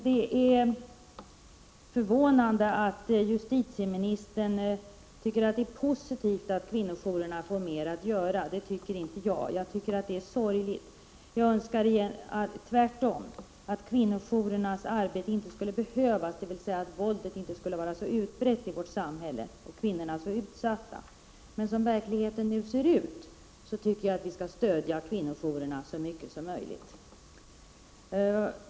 Det är förvånande att justitieministern tycker att det är positivt att kvinnojourerna får mer att göra. Det tycker inte jag. Jag tycker att det är sorgligt. Jag önskar tvärtom att kvinnojourernas arbete inte skulle behövas, dvs. att våldet inte skulle vara så utbrett i vårt samhälle och kvinnorna så utsatta. Men som verkligheten nu ser ut, anser jag att vi skall stödja kvinnojourerna så mycket som möjligt.